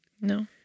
No